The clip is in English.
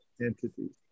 entities